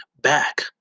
back